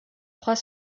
trois